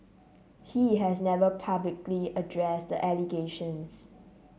he has never publicly addressed the allegations